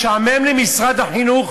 משעמם למשרד החינוך?